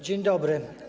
Dzień dobry.